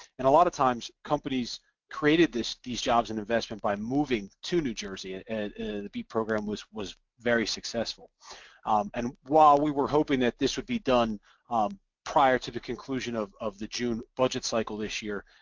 and a lot of times companies created these jobs and investments by moving to new jersey. and and the beep program was was very successful and while we were hoping ah this would be done prior to the conclusion of of the june budget cycle this year,